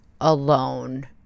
alone